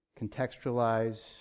contextualize